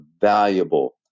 valuable